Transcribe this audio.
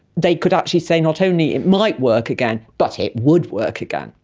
they could actually say not only it might work again but it would work again.